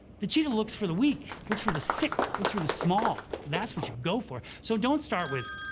the cheetah looks for the weak, looks for the sick, looks for the small, that's what you go for. so don't start with,